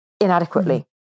inadequately